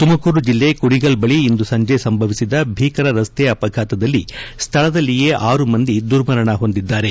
ತುಮಕೂರು ಜಿಲ್ಲೆ ಕುಣಿಗಲ್ ಬಳಿ ಇಂದು ಸಂಜೆ ಸಂಭವಿಸಿದ ಭೀಕರ ರಸ್ತೆ ಅಪಘಾತದಲ್ಲಿ ಸ್ಥಳದಲ್ಲಿಯೇ ಆರು ಮಂದಿ ದುರ್ಮರಣ ಹೊಂದಿದ್ದಾರೆ